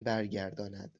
برگرداند